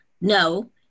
No